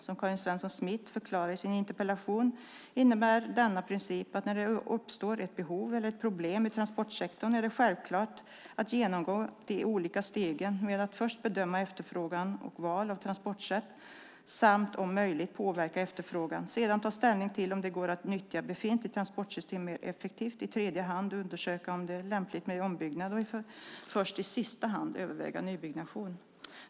Som Karin Svensson Smith förklarar i sin interpellation innebär denna princip att när det uppstår ett behov eller ett problem i transportsektorn är det självklart att genomgå de olika stegen med att först bedöma efterfrågan och val av transportsätt samt om möjligt påverka efterfrågan, sedan ta ställning till om det går att nyttja befintligt transportsystem mer effektivt, i tredje hand undersöka om det är lämpligt med ombyggnad och först i sista hand överväga nybyggnation.